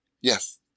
Yes